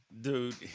Dude